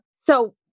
So-